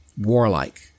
Warlike